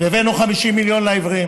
הבאנו 50 מיליון לעיוורים,